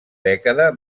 dècada